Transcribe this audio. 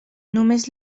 només